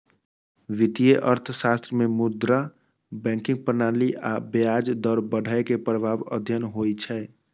वित्तीय अर्थशास्त्र मे मुद्रा, बैंकिंग प्रणाली आ ब्याज दर बढ़ै के प्रभाव अध्ययन होइ छै